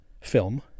film